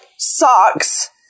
Socks